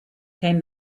came